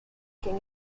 can